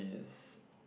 his